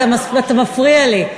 אתה מפריע לי.